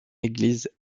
église